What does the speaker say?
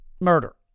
Murder